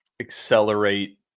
accelerate